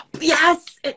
Yes